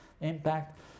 impact